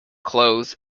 clothes